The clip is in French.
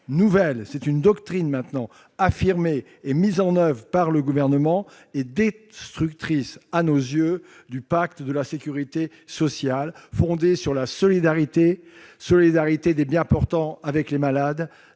que cette doctrine nouvelle affirmée et mise en oeuvre par le Gouvernement est destructrice, à nos yeux, du pacte de la sécurité sociale, fondé sur la solidarité des bien-portants avec les malades,